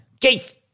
Keith